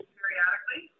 periodically